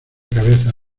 cabezas